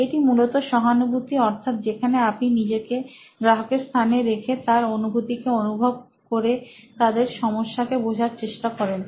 এটি মূলত সহানুভূতি অর্থাৎ যেখানে আপনি নিজেকে গ্রাহকের স্থানে রেখে তার অনুভুতিকে অনুভব করে তাদের সমস্যাকে বোঝার চেষ্টা করেন